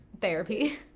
therapy